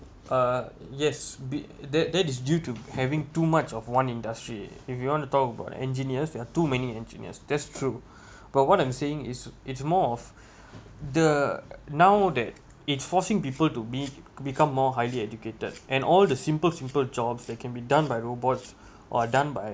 uh yes be~ that that is due to having too much of one industry if you want to talk about engineers there are too many engineers that's true but what I'm saying is it's more of the now that it forcing people to be become more highly educated and all the simple simple jobs that can be done by robots are done by